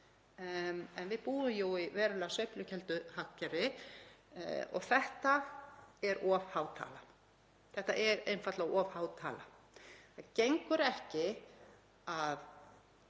en við búum jú í verulega sveiflukenndu hagkerfi og þetta er of há tala. Þetta er einfaldlega of há tala. Það gengur ekki að